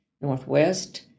Northwest